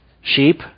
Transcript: sheep